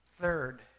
Third